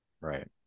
Right